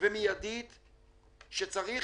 ומיידית שצריך,